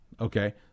Okay